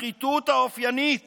השחיתות האופיינית